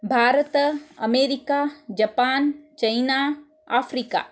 Bharat America Japan China Africa